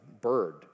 bird